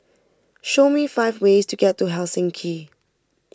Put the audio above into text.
show me five ways to get to Helsinki